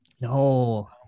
No